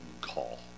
call